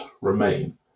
remain